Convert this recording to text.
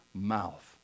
mouth